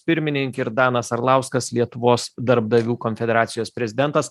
pirminink ir danas arlauskas lietuvos darbdavių konfederacijos prezidentas